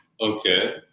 Okay